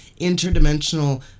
interdimensional